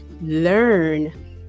learn